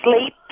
sleep